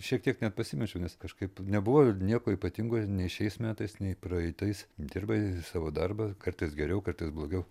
šiek tiek net pasimečiau nes kažkaip nebuvo nieko ypatingo nei šiais metais nei praeitais dirbai savo darbą kartais geriau kartais blogiau